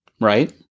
Right